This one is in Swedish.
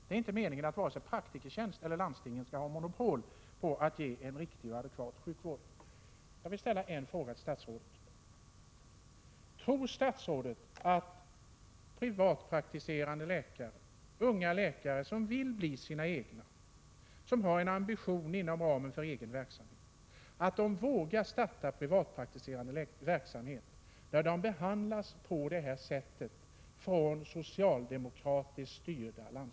Det är inte meningen att vare sig Praktikertjänst eller landstingen skall ha monopol på att ge en riktig och adekvat sjukvård.